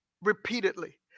repeatedly